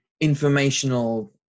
informational